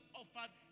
offered